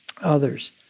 others